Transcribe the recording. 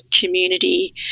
community